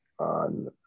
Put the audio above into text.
On